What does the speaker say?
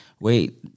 wait